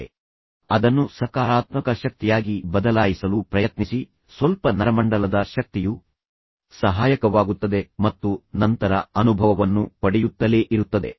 ನಾನು ಮೊದಲೇ ಹೇಳಿದಂತೆ ಇರುವ ಆತಂಕ ಅದನ್ನು ಸಕಾರಾತ್ಮಕ ಶಕ್ತಿಯಾಗಿ ಬದಲಾಯಿಸಲು ಪ್ರಯತ್ನಿಸಿ ಸ್ವಲ್ಪ ನರಮಂಡಲದ ಶಕ್ತಿಯು ಸಹಾಯಕವಾಗುತ್ತದೆ ಮತ್ತು ನಂತರ ಅನುಭವವನ್ನು ಪಡೆಯುತ್ತಲೇ ಇರುತ್ತದೆ